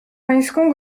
pańską